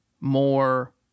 more